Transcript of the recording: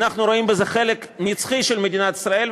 אנחנו רואים בזה חלק נצחי של מדינת ישראל,